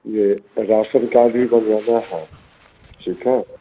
यह ration card भी बनवाना है ठीक है